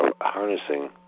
harnessing